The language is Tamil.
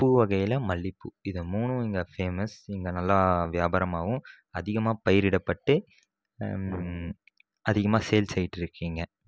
பூ வகையில் மல்லிகைப்பூ இது மூணும் இங்கே ஃபேமஸ் இங்கே நல்லா வியாபாரம் ஆகும் அதிகமாக பயிரிடப்பட்டு அதிகமாக சேல்ஸ் ஆகிட்டு இருக்குது இங்கே